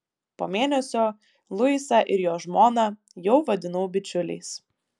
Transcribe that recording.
po mėnesio luisą ir jo žmoną jau vadinau bičiuliais